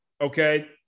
okay